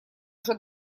уже